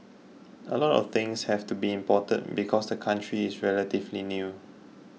a lot of things have to be imported because the country is relatively new